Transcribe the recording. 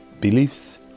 beliefs